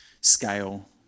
scale